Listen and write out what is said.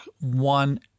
one